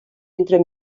entre